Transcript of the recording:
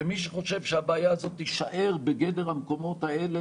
ומי שחושב שהבעיה הזאת תישאר בגדר המקומות האלה